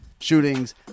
Shootings